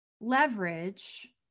leverage